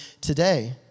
today